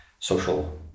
Social